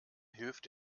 hilft